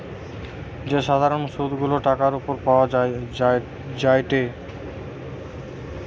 যে সাধারণ সুধ গুলা টাকার উপর পাওয়া যায়টে